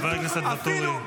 חבר הכנסת ואטורי.